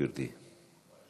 גברתי.